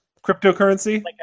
cryptocurrency